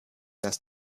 dass